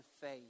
faith